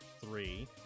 three